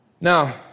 Now